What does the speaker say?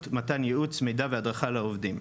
והתנכלות, מתן ייעוץ, מידע והדרכה לעובדים.